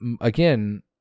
again